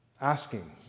asking